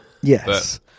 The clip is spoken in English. Yes